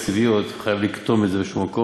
תקציביות הוא חייב לקטום את זה באיזשהו מקום,